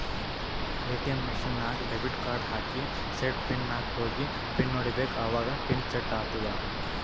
ATM machine ನಾಗ್ debit card ಹಾಕಿ set PIN ನಾಗ್ ಹೋಗಿ ಪಿನ್ ಹೊಡಿಬೇಕ ಅವಾಗ ಪಿನ್ ಸೆಟ್ ಆತ್ತುದ